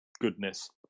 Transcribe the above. goodness